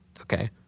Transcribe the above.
Okay